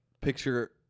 Picture